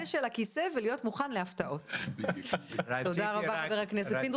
תודה רבה חבר הכנסת פינדרוס.